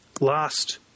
last